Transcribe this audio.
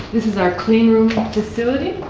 is our clean-room facility.